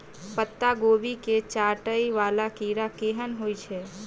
पत्ता कोबी केँ चाटय वला कीड़ा केहन होइ छै?